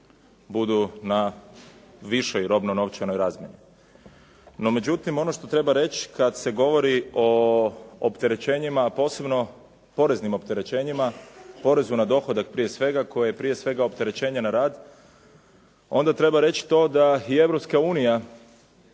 budu na višoj robno-novčanoj razmjeni. NO, međutim, ono što se treba reći kada se govori o opterećenjima, posebno poreznim opterećenjima, porezu na dohodak prije svega koji je prije svega opterećenje na rad, onda treba reći to da Europska unija